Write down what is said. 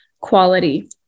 quality